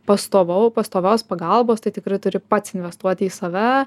pastovau pastovios pagalbos tai tikrai turi pats investuoti į save